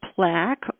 plaque